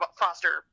foster